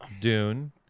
Dune